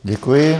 Děkuji.